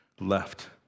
left